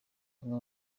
bamwe